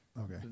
Okay